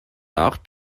nach